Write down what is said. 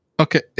Okay